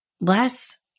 Less